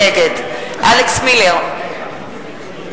נגד אלכס מילר,